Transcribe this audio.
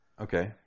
Okay